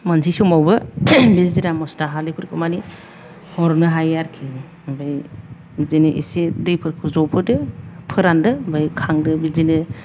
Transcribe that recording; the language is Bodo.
मोनसे संमावबो बे जिरा मस्ला हाल्दैफोरखौ माने हरनो हायो आरोखि ओमफ्राय बिदिनो एसे दैफोरखौ जबहोदो फोरानदो ओमफ्राय खांदो बिदिनो